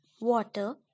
water